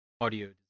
audio